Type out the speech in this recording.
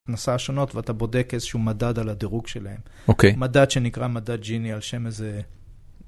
נסע השונות ואתה בודק איזשהו מדד על הדירוג שלהם. אוקיי. מדד שנקרא מדד ג'יני על שם איזה...